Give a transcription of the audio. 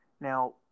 Now